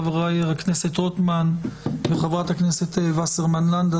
חבר הכנסת רוטמן וחברת הכנסת וסרמן לנדה.